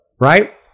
right